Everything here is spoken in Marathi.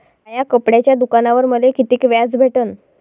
माया कपड्याच्या दुकानावर मले कितीक व्याज भेटन?